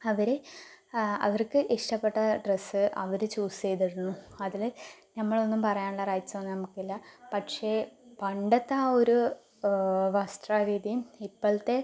അവര് അവർക്ക് ഇഷ്ടപ്പെട്ട ഡ്രസ്സ് അവർ ചൂസ് ചെയ്തിടുന്നു അതില് നമ്മൾ ഒന്നും പറയാനുള്ള റൈയ്റ്റ്സ് ഒന്നും നമുക്കില്ല പക്ഷേ പണ്ടത്തെ ആ ഒരു വസ്ത്രരീതിയും ഇപ്പോഴത്തെ